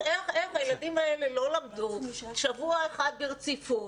הילדים האלה לא למדו שבוע אחד ברציפות,